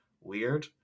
weird